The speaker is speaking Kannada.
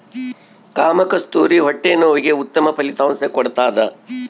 ಕಾಮಕಸ್ತೂರಿ ಹೊಟ್ಟೆ ನೋವಿಗೆ ಉತ್ತಮ ಫಲಿತಾಂಶ ಕೊಡ್ತಾದ